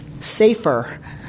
safer